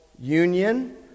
union